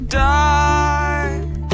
die